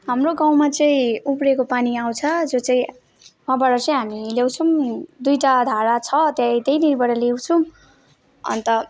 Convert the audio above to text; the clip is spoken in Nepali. हाम्रो गाउँमा चाहिँ उब्रेको पानी आउँछ जो चाहिँ वहाँबाट चाहिँ हामी ल्याउँछौँ दुईवटा धारा छ त्यही त्यहीँ नै बाट ल्याउँछौँ अन्त